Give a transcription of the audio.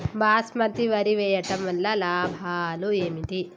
బాస్మతి వరి వేయటం వల్ల లాభాలు ఏమిటి?